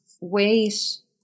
ways